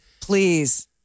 please